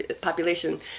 population